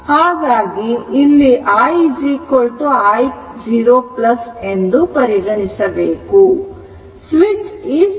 ಹಾಗಾಗಿ ಇಲ್ಲಿ I i0 ಎಂದು ಪರಿಗಣಿಸಬೇಕು